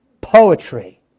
Poetry